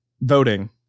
voting